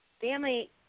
Family